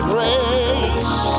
Grace